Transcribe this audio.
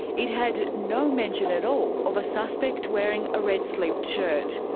it had no mention at all of a suspect wearing a red-sleeved shirt.